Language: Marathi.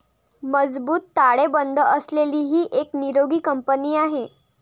मजबूत ताळेबंद असलेली ही एक निरोगी कंपनी आहे